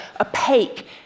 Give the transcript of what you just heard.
opaque